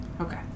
okay